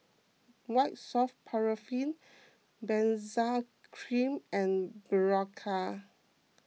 White Soft Paraffin Benzac Cream and Berocca